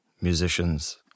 musicians